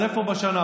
אז איפה בשנה,